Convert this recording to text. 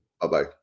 Bye-bye